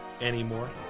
Anymore